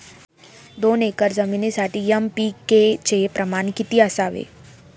दोन एकर जमिनीसाठी एन.पी.के चे प्रमाण किती असावे?